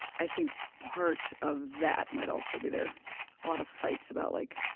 i think part of that might also be their a lot of fights about like